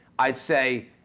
i'd say